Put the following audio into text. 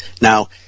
Now